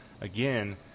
again